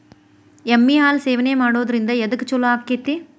ಎಮ್ಮಿ ಹಾಲು ಸೇವನೆ ಮಾಡೋದ್ರಿಂದ ಎದ್ಕ ಛಲೋ ಆಕ್ಕೆತಿ?